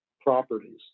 properties